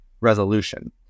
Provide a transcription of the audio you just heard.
resolution